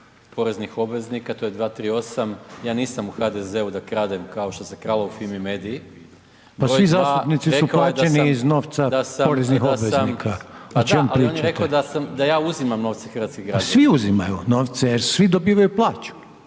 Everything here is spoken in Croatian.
poreznih obveznika, to je 238., ja nisam u HDZ-u da kradem, kao što se kralo u Fimi mediji…/Upadica: Pa svi zastupnici su plaćeni iz novca poreznih obveznika, o čem pričate?/…rekao sam da sam…da al, on je rekao da sam, da ja uzimam novce hrvatskih građana…/Upadica: Pa svi uzimaju novce jer svi dobivaju plaću,